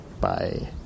Bye